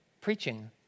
preaching